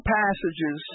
passages